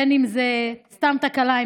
בין שזה סתם תקלה,